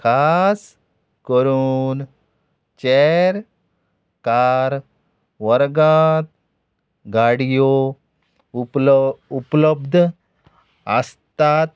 खास करून chair car वर्गांत गाडयो उपल उपलब्ध आसतात